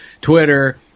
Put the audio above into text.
Twitter